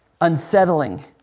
unsettling